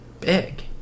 Big